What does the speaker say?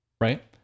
Right